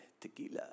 tequila